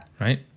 Right